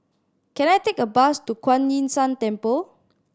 can I take a bus to Kuan Yin San Temple